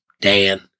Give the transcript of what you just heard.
Dan